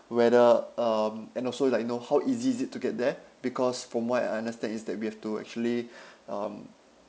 whether um and also like you know how easy is it to get there because from what I understand is that we have to actually um